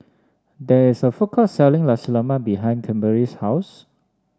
there is a food court selling Nasi Lemak behind Kimberli's house